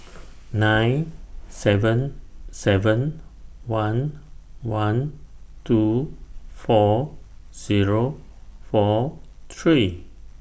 nine seven seven one one two four Zero four three